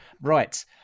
right